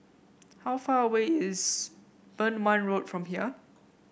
how far away is Beng Wan Road from here